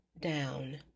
down